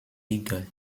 eagle